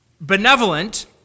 benevolent